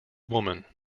woman